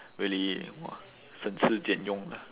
really !wah! 省吃俭用 lah